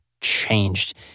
changed